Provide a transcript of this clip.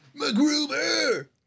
McGruber